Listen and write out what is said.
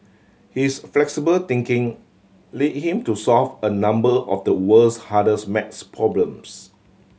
his flexible thinking led him to solve a number of the world's hardest math problems